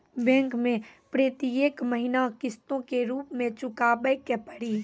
Bank मैं प्रेतियेक महीना किस्तो के रूप मे चुकाबै के पड़ी?